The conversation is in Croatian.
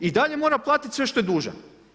I dalje mora platit sve što je dužan.